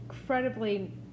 incredibly